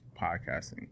podcasting